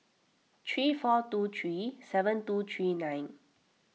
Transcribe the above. three four two three seven two three nine